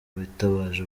bitabaje